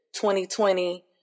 2020